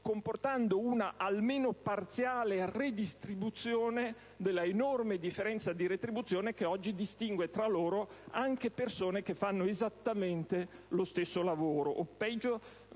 comportando una almeno parziale redistribuzione dell'enorme differenza di retribuzione che oggi distingue tra loro anche persone che fanno esattamente lo stesso lavoro,